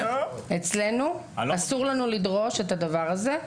לנו אסור לדרוש את הדבר הזה.